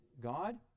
God